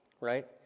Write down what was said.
right